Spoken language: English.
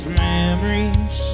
memories